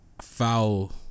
foul